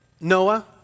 Noah